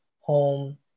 home